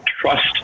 trust